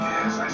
Yes